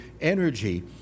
energy